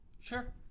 Sure